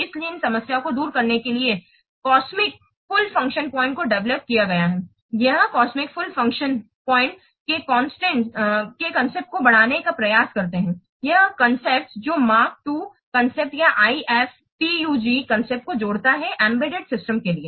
इसलिए इन समस्याओं को दूर करने के लिए कॉस्मिक फुल फंक्शन पॉइंट्स को डेवेलोप किया गया है यह कॉस्मिक फुल फंक्शन पॉइंट्स के कॉन्सेप्ट को बढ़ाने का प्रयास करते हैं यह कॉन्सेप्ट जो मार्क II कॉन्सेप्ट या IFPUG कॉन्सेप्ट को जोड़ता है एम्बेडेड सिस्टम के लिए